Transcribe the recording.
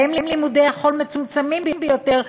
שבהם לימודי החול מצומצמים ביותר,